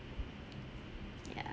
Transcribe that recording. yeah